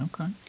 Okay